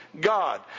God